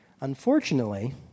Unfortunately